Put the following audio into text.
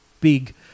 big